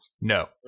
No